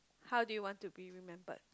how do you want to be remembered